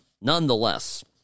nonetheless